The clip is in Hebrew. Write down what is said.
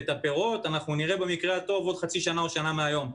את הפירות נראה במקרה הטוב עוד חצי שנה או שנה מהיום.